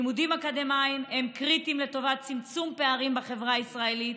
לימודים אקדמיים הם קריטיים לטובת צמצום פערים בחברה הישראלית.